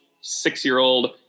six-year-old